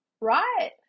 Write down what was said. right